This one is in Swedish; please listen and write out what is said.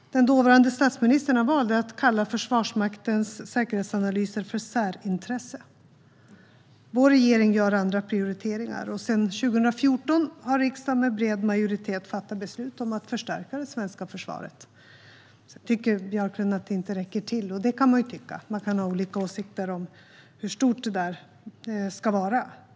Den dåvarande statsministern valde att kalla Försvarsmaktens säkerhetsanalyser för särintresse. Vår regering gör andra prioriteringar, och sedan 2014 har riksdagen med bred majoritet fattat beslut om att förstärka det svenska försvaret. Sedan tycker Björklund att det inte räcker till, och det kan man ju tycka. Man kan ha olika åsikter om hur stort det ska vara.